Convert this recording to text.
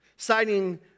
Citing